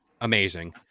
amazing